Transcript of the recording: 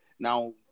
Now